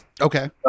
Okay